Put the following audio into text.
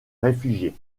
réfugiés